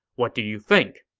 what do you think?